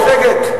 אתם הצעתם לסגת.